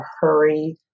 hurry